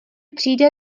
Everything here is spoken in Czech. přijde